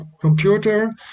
computer